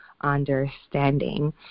understanding